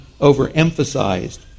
overemphasized